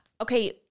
okay